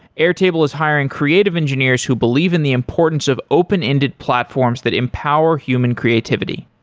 airtable is hiring creative engineers who believe in the importance of open-ended platforms that empower human creativity.